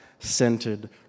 centered